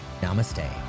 namaste